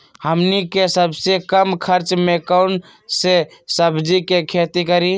हमनी के सबसे कम खर्च में कौन से सब्जी के खेती करी?